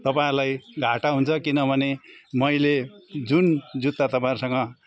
तपाईँहरूलाई घाटा हुन्छ किनभने मैले जुन जुत्ता तपाईँहरूसँग